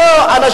לכן,